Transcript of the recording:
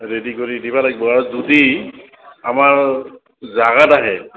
ready কৰি দিব লাগিব আৰু যদি আমাৰ জাগাত আহে